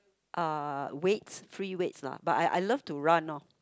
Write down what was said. uh weights free weights lah but I I love to run lor